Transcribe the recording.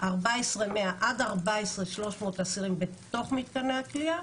14,100 עד 14,300 אסירים בתוך מתקני הכליאה.